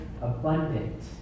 abundant